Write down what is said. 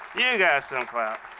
you got some